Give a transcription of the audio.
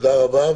תודה רבה.